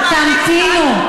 תמתינו.